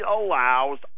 allows